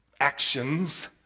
Actions